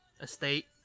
estate